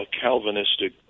Calvinistic